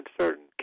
certain